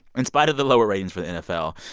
in spite of the lower ratings for the nfl,